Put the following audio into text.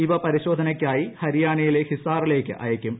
ഇവ പരിശോധനയ്ക്കായി ഹരിയാനയിലെ ഹിസാറിലേക്ക് അയക്കും